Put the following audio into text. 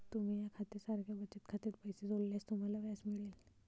तुम्ही या खात्या सारख्या बचत खात्यात पैसे जोडल्यास तुम्हाला व्याज मिळेल